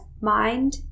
mind